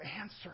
answer